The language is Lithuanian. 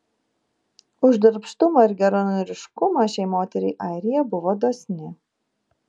už darbštumą ir geranoriškumą šiai moteriai airija buvo dosni